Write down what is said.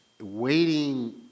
waiting